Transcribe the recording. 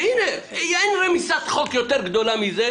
והינה, אין רמיסת חוק יותר גדולה מזה,